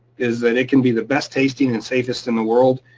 is that it can be the best tasting and safest in the world,